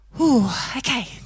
okay